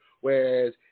Whereas